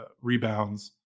rebounds